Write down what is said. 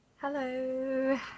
Hello